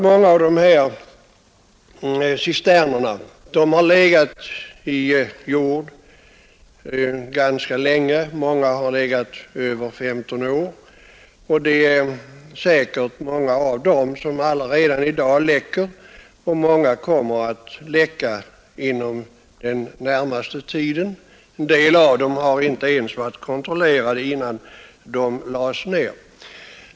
Många av de här cisternerna har legat i jord ganska länge — åtskilliga har legat där över 15 år. En hel del av dem läcker säkerligen redan i dag, och andra kommer att börja läcka inom den närmaste tiden. En del av dem har inte ens varit kontrollerade innan de lades ned.